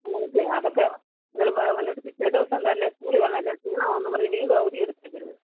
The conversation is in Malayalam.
അങ്ങനത്തെ അതൊക്കെ അന്നേരം വന്നിട്ട് പിറ്റേ ദിവസം തന്നെ സ്കൂളിൽ വരണം അല്ലേൽ ക്ഷീണമാണെന്നു പറഞ്ഞ് വീണ്ടും അവധി എടുത്തേക്കരുത്